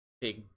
big